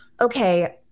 okay